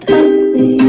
ugly